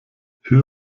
höhe